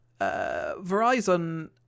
Verizon